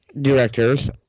directors